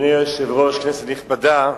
אדוני היושב-ראש, כנסת נכבדה,